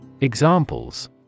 Examples